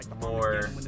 more